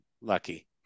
Lucky